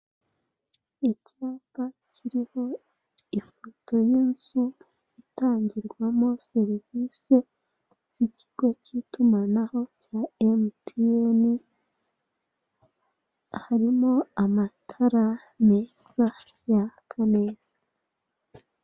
Icyapa kiriho ifoto y'inzu itangirwamo serivise z'ikigo k'itumanaho cya emutiyene, harimo amatara meza yaka neza.